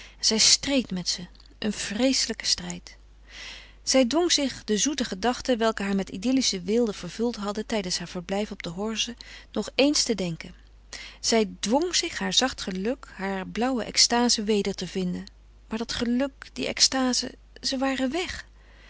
zij streed met ze een vreeselijken strijd zij dwong zich de zoete gedachten welke haar met idyllische weelde vervuld hadden tijdens haar verblijf op de horze nog eens te denken zij dwong zich haar zacht geluk haar blauwe extaze weder te vinden maar dat geluk die extaze ze waren weg